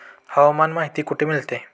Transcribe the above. हवामान माहिती कुठे मिळते?